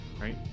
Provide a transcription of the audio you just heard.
right